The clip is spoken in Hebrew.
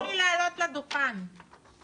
אתה רוצה באמת להצביע על זה?